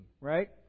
right